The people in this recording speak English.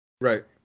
Right